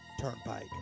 Turnpike